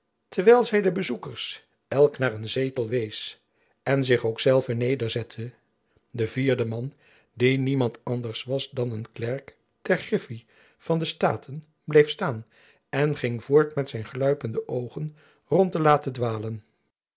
terwijl zy de bezoekers elk naar een zetel wees en zich ook zelve nederzette de vierde man die niemand anders was dan een klerk ter griffie van de staten bleef staan en ging voort met zijn gluipende oogen rond te laten dwalen